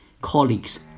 colleagues